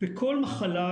בכל מחלה,